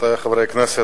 רבותי חברי הכנסת,